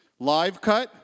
LiveCut